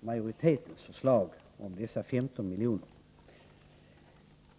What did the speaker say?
majoritetens förslag om dessa 15 miljoner.